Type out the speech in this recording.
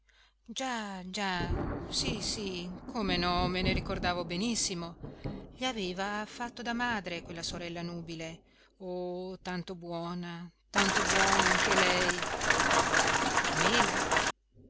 già già sì sì come no me ne ricordavo benissimo gli aveva fatto da madre quella sorella nubile oh tanto buona tanto buona anche lei carmela